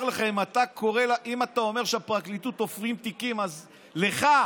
לך: אם אתה אומר שהפרקליטות תופרים תיקים לך,